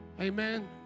Amen